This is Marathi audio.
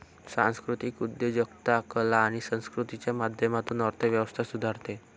सांस्कृतिक उद्योजकता कला आणि संस्कृतीच्या माध्यमातून अर्थ व्यवस्था सुधारते